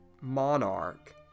monarch